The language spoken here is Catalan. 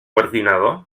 ordinador